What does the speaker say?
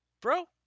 bro